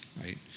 right